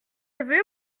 avez